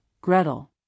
Gretel